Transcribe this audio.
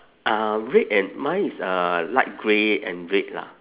uh red and mine is uh light grey and red lah